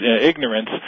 ignorance